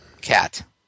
Cat